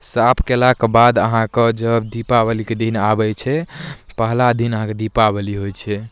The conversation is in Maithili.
साफ कयलाके बाद अहाँके जब दीपावलीके दिन आबै छै पहिला दिन अहाँकेँ दीपावली होइ छै